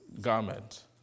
garment